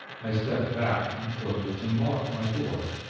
i stepped back and closed and locked my door.